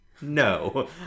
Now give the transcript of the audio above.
No